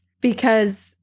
because-